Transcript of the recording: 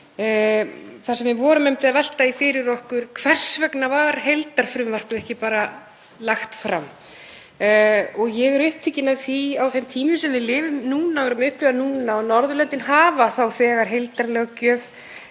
þar sem við vorum einmitt að velta því fyrir okkur: Hvers vegna var heildarfrumvarpið ekki bara lagt fram? Ég er upptekin af því á þeim tímum sem við lifum núna og erum að upplifa núna að Norðurlöndin hafa þá þegar heildarlöggjöf.